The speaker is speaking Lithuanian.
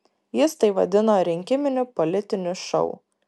jis tai vadino rinkiminiu politiniu šou